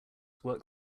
work